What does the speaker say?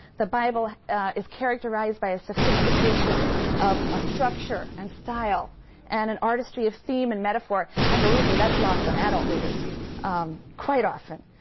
the bible is characterized by a sophistication of ah structure and style and an artistry of theme and metaphor, and believe me, that's lost on adult readers quite often.